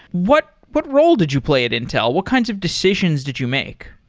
what what role did you play it intel? what kinds of decisions did you make?